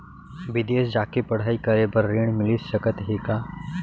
बिदेस जाके पढ़ई करे बर ऋण मिलिस सकत हे का?